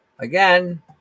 again